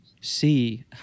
see